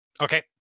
Okay